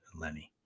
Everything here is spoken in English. Lenny